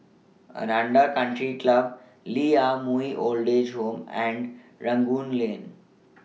Aranda Country Club Lee Ah Mooi Old Age Home and Rangoon Lane